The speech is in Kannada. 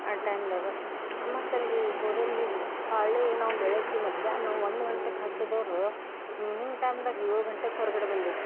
ಆ ಟೈಮ್ದಾಗ ಮತ್ತು ಅಲ್ಲಿ ಹೋದಲ್ಲಿ ಪಾಳೆ ನಾವು ಬೆಳಗ್ಗೆ ಮಧ್ಯಾಹ್ನ ಒಂದು ಗಂಟೆಗ್ ಹಚ್ಚಿದವ್ರು ಇವ್ನಿಂಗ್ ಟೈಮ್ದಾಗ ಏಳು ಗಂಟೆಗೆ ಹೊರಗಡೆ ಬಂದಿವಿ